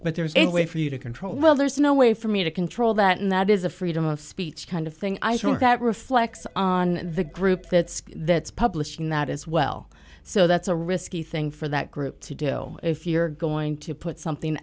but there is a way for you to control well there's no way for me to control that and that is a freedom of speech kind of thing i heard that reflects on the group that's that's publishing that as well so that's a risky thing for that group to do if you're going to put something